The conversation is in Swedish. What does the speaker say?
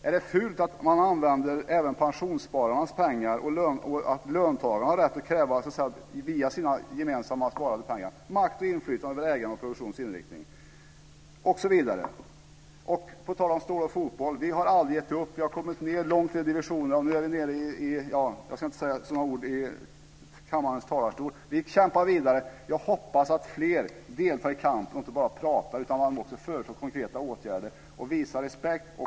Är det fult att använda även pensionsspararnas pengar och att löntagarna har rätt att via sina gemensamma sparade pengar kräva ägande och makt och inflytande över produktionens inriktning osv.? På tal om stål och fotboll: Vi har aldrig gett upp! Vi har kommit långt ned i divisionerna, och nu är vi nere i . ja, jag ska inte säga sådana ord i kammarens talarstol. Men vi kämpar vidare! Jag hoppas att fler kan delta i kampen, och inte bara pratar utan också föreslår konkreta åtgärder och visar respekt.